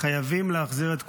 חייבים להחזיר את כולם.